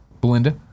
Belinda